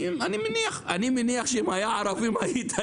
אני מניח שאם היה ערבי היית --- יש,